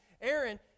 Aaron